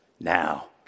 now